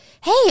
hey